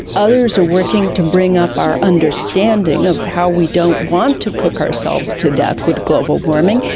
others are working to bring up our understanding of how we don't want to cook ourselves to death with global warming,